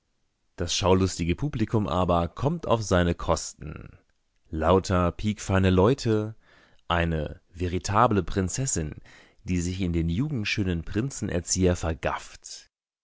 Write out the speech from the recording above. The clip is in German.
das schaulustige publikum aber kommt auf seine kosten lauter piekfeine leute eine veritable prinzessin die sich in den jugendschönen prinzenerzieher vergafft